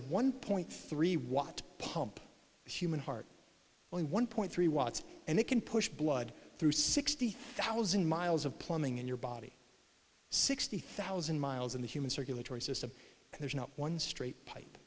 one point three watt pump human heart only one point three watts and it can push blood through sixty thousand miles of plumbing in your body sixty thousand miles in the human circulatory system there's no one straight pipe